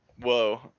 whoa